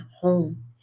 home